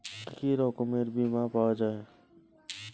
কি কি রকমের বিমা পাওয়া য়ায়?